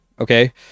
okay